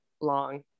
long